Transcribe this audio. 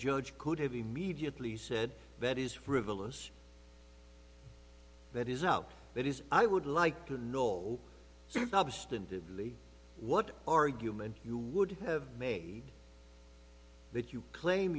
judge could have immediately said that is frivolous that is no that is i would like to know what argument you would have made that you claim